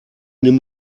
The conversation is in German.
nimm